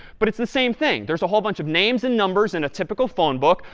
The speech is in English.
but it's the same thing. there's a whole bunch of names and numbers in a typical phone book,